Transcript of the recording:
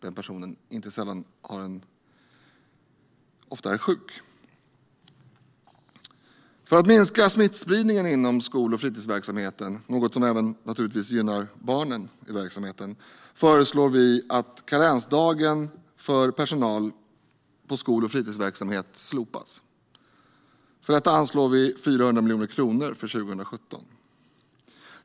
Den personen är oftare sjuk. För att minska smittspridningen inom skol och fritidsverksamheten - något som naturligtvis gynnar även barnen i verksamheten - föreslår vi att karensdagen för personal i skol och fritidsverksamhet slopas. För detta anslår vi 400 miljoner kronor för 2017.